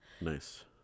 nice